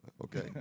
Okay